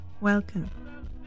welcome